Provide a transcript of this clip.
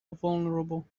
vulnerable